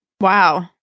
Wow